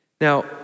now